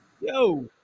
yo